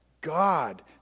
God